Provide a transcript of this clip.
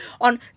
on